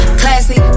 classy